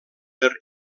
per